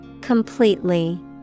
Completely